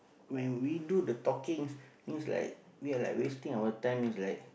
when we do the talking it means like we're like wasting our time it's like